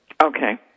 Okay